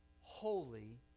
holy